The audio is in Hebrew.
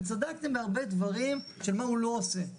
וצדקתם בהרבה דברים של מה הוא לא עושה.